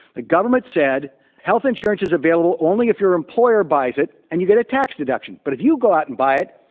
the government said health insurance is available only if your employer buys it and you get a tax deduction. but if you go out and buy it,